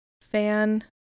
fan